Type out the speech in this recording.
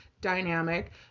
dynamic